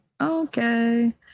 Okay